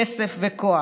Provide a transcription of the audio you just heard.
כסף וכוח.